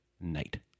night